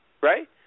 right